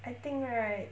I think right